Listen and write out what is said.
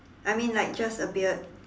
I mean like just a beard